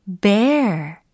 bear